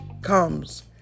comes